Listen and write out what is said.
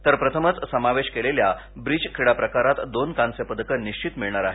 तर प्रथमच समावेश केलेल्या ब्रिज क्रीडा प्रकारात दोन कांस्य पदके निश्वित मिळणार आहेत